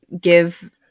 give